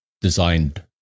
designed